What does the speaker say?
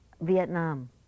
Vietnam